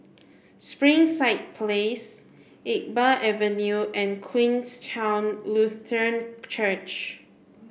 Springside Place Iqbal Avenue and Queenstown Lutheran Church